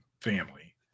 family